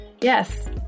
yes